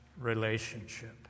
relationship